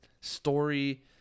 story